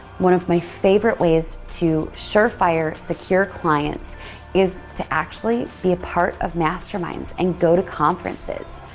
one of my favorite ways to sure-fire secure clients is to actually be a part of masterminds and go to conferences.